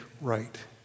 right